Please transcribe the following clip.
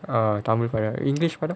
tamil படம்:padam english படம்:padam